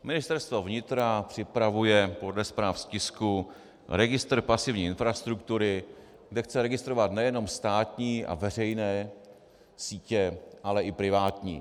Ministerstvo vnitra připravuje podle zpráv z tisku registr pasivní infrastruktury, kde chce registrovat nejenom státní a veřejné sítě, ale i privátní.